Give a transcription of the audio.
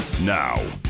Now